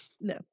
no